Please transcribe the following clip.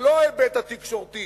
ולא ההיבט התקשורתי